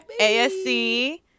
ASC